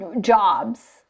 jobs